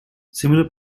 similar